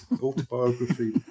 Autobiography